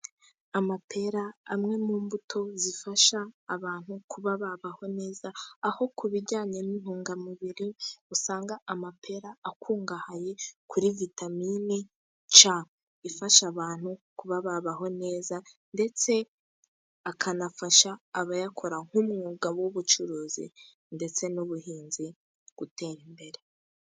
Amapera amwe mu mbuto, zifasha abantu kuba babaho neza, aho ku bijyanye n'intungamubiri, usanga amapera akungahaye kuri vitamine c, ifasha abantu kuba babaho neza ndetse akanafasha abayakora nk'umwuga w'ubucuruzi ndetse n'ubuhinzi gutera imbere.